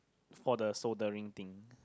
for the soldering things